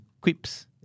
quips